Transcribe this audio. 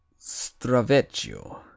Stravecchio